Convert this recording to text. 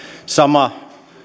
sama